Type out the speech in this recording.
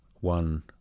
one